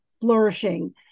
flourishing